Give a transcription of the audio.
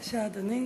בבקשה, אדוני.